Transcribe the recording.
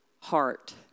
heart